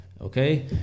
Okay